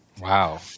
Wow